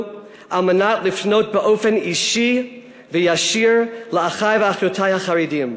על מנת לפנות באופן אישי וישיר לאחי ואחיותי החרדים: